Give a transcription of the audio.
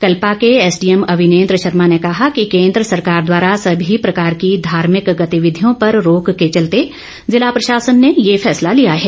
कल्पा के एसडीएम अविनेन्द्र शर्मा ने कहा कि केंद्र सरकार द्वारा सभी प्रकार की धार्मिक गतिविधियों पर रोक के चलते जिला प्रशासन ने ये फैसला लिया है